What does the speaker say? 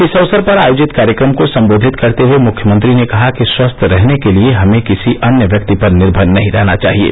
इस अवसर पर आयोजित कार्यक्रम को सम्बोधित करते हुये मुख्यमंत्री ने कहा कि स्वस्थ रहने के लिये हमें किसी अन्य व्यक्ति पर निर्भर नही रहना चाहिये